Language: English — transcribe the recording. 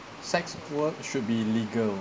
sex work should be illegal